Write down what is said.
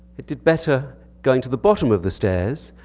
it did better going to the bottom of the stairs.